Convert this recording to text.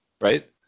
right